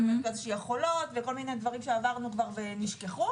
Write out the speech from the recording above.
היה את חולות וכל מיני דברים שעברנו כבר והם נשכחו.